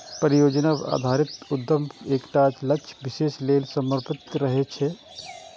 परियोजना आधारित उद्यम एकटा लक्ष्य विशेष लेल समर्पित रहै छै